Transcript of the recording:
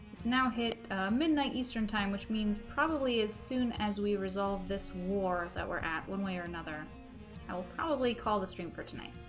it's now hit midnight eastern time which means probably as soon as we resolve this war that were at one way or another i will probably call the stream for tonight